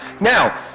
Now